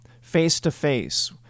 face-to-face